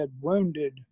wounded